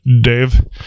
dave